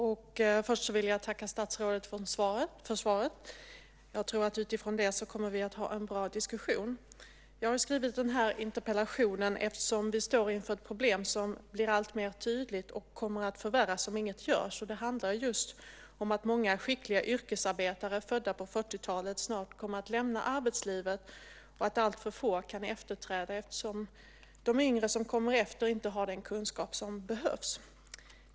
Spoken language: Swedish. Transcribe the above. Fru talman! Först vill jag tacka statsrådet för svaret. Jag tror att vi utifrån det kommer att ha en bra diskussion. Jag har skrivit den här interpellationen eftersom vi står inför ett problem som blir alltmer tydligt och som kommer att förvärras om inget görs. Det handlar just om att många skickliga yrkesarbetare, födda på 40-talet, snart kommer att lämna arbetslivet och att alltför få kan efterträda eftersom de yngre som kommer efter inte har den kunskap som behövs.